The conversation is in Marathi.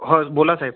हो बोला साहेब